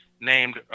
named